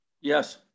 yes